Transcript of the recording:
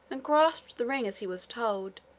and grasped the ring as he was told,